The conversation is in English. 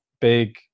big